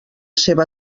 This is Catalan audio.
seva